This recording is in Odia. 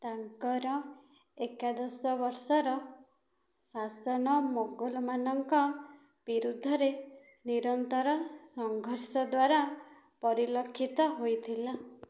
ତାଙ୍କର ଏକାଦଶ ବର୍ଷର ଶାସନ ମୋଗଲମାନଙ୍କ ବିରୁଦ୍ଧରେ ନିରନ୍ତର ସଙ୍ଘର୍ଷ ଦ୍ୱାରା ପରିଲକ୍ଷିତ ହୋଇଥିଲା